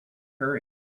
hurry